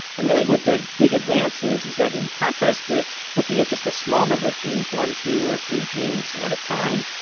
and really what the big advance is is that in contrast to looking at just a small number of genes, one, two or three genes at a time,